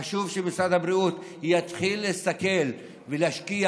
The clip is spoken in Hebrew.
חשוב שמשרד הבריאות יתחיל להסתכל ולהשקיע